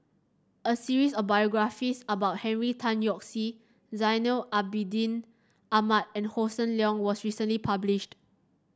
a series of biographies about Henry Tan Yoke See Zainal Abidin Ahmad and Hossan Leong was recently published